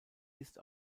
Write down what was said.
ist